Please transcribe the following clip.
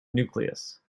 nucleus